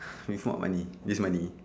with what money this money